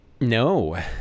No